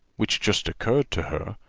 which just occurred to her,